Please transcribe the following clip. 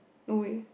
no way